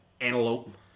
antelope